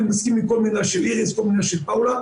אני מסכים עם כל מילה של איריס וכל מילה של פאולה.